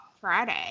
Friday